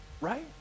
Right